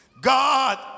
God